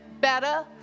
better